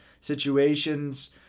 situations